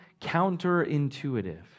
counterintuitive